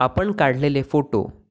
आपण काढलेले फोटो